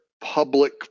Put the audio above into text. public